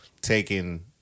taking